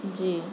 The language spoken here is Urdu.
جی